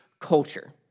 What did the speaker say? culture